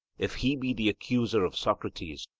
if he be the accuser of socrates,